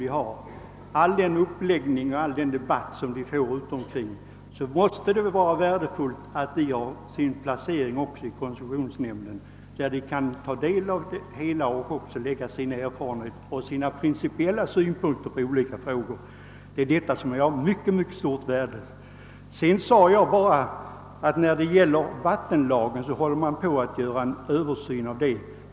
Det måste vara värdefullt att en företrädare för naturvårdsverket placeras i koncessionsnämnden och där kan anföra principiella synpunkter på de ärenden som skall behandlas. Vidare sade jag att man håller på med en översyn av vattenlagen.